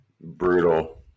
Brutal